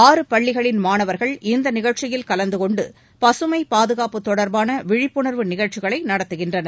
ஆறு பள்ளிகளின் மாணவர்கள் இந்த நிகழ்ச்சியில் கலந்து கொண்டு ப்பகமை பாதுகாப்பு தொடர்பான விழிப்புணர்வு நிகழ்ச்சிகளை நடத்துகின்றனர்